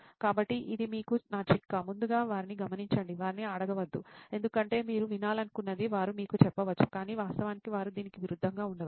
కాబట్టి ఇది మీకు నా చిట్కా ముందుగా వారిని గమనించండి వారిని అడగవద్దు ఎందుకంటే మీరు వినాలనుకుంటున్నది వారు మీకు చెప్పవచ్చు కానీ వాస్తవానికి వారు దీనికి విరుద్ధంగా ఉండవచ్చు